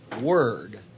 Word